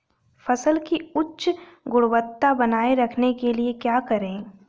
फसल की उच्च गुणवत्ता बनाए रखने के लिए क्या करें?